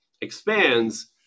expands